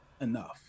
enough